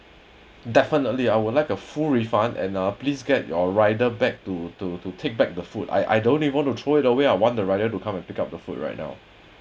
definitely I would like a full refund and uh please get your rider back to to to take back the food I I don't even want to throw it away I want the rider to come and pick up the food right now